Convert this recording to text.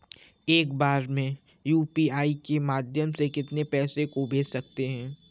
एक बार में यू.पी.आई के माध्यम से कितने पैसे को भेज सकते हैं?